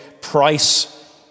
price